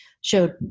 showed